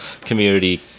community